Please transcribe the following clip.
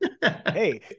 Hey